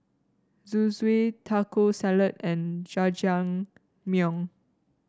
Zosui Taco Salad and Jajangmyeon